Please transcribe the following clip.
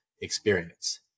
experience